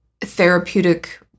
therapeutic